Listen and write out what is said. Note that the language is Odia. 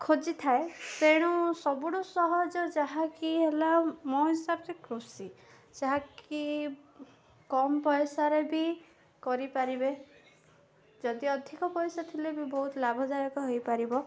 ଖୋଜିଥାଏ ତେଣୁ ସବୁଠୁ ସହଜ ଯାହାକି ହେଲା ମୋ ହିସାବରେ କୃଷି ଯାହାକି କମ ପଇସାରେ ବି କରିପାରିବେ ଯଦି ଅଧିକ ପଇସା ଥିଲେ ବି ବହୁତ ଲାଭଦାୟକ ହେଇପାରିବ